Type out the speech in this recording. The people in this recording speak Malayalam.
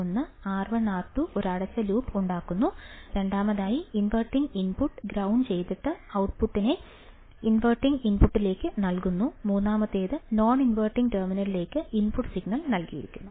ഒന്ന് R1 R2 ഒരു അടച്ച ലൂപ്പ് ഉണ്ടാക്കുന്നു രണ്ടാമതായി ഇൻവെർട്ടിംഗ് ഇൻപുട്ട് ഗ്രൌണ്ട് ചെയ്തിട്ട് ഔട്ട്പുട്ട്നെ ഇൻവെർട്ടിംഗ് ഇൻപുട്ടിലേക്ക് നൽകുന്നു മൂന്നാമത്തേത് നോൺ ഇൻവർട്ടിംഗ് ടെർമിനലിലേക്ക് ഇൻപുട്ട് സിഗ്നൽ നൽകിയിരിക്കുന്നു